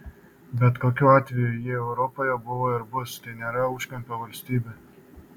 bet kokiu atveju jie europoje buvo ir bus tai nėra užkampio valstybė